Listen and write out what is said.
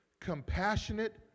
compassionate